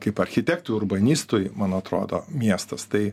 kaip architektui urbanistui man atrodo miestas tai